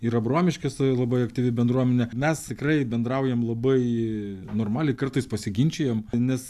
ir abromiškės labai aktyvi bendruomenė mes tikrai bendraujam labai normaliai kartais pasiginčijam nes